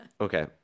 okay